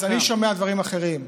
אז אני שומע דברים אחרים.